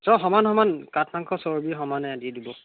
চব সমান সমান কাঠমাংস চৰ্বি সমানে দি দিব